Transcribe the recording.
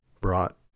brought